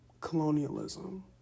colonialism